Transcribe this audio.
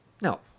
no